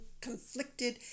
conflicted